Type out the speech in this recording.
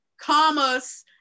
commas